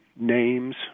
names